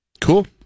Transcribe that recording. Cool